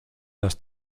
las